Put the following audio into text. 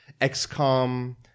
XCOM